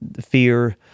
Fear